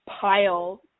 pile